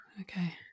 okay